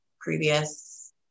previous